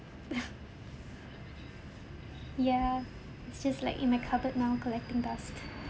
ya it's just like in my cupboard now collecting dust